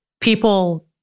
people